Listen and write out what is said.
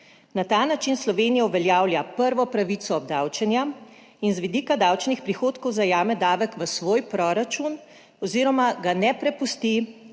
Na ta način Slovenija uveljavlja prvo pravico obdavčenja in z vidika davčnih prihodkov zajame davek v svoj proračun oziroma ga ne prepusti